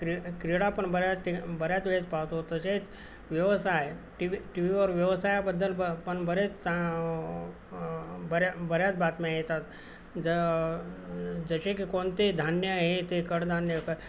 क्र्री क्रीडापण बऱ्याच बऱ्याच वेळेस पाहतो तसेच व्यवसाय टीव् टी व्हीवर व्यवसायाबद्दलण बरेच बऱ्या बऱ्याच बातम्या येतात ज जसे की कोणते धान्य आहे ते कडधान्य